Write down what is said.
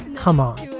come on,